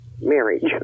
marriage